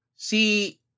See